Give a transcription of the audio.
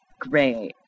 Great